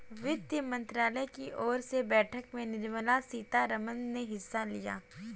वित्त मंत्रालय की ओर से बैठक में निर्मला सीतारमन ने हिस्सा लिया